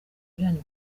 byanyu